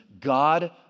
god